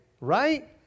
right